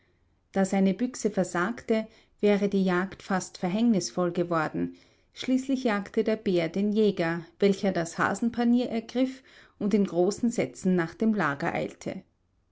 da seine büchse versagte wäre die jagd fast verhängnisvoll geworden schließlich jagte der bär den jäger welcher das hasenpanier ergriff und in großen sätzen nach dem lager eilte